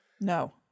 No